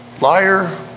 liar